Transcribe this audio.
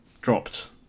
dropped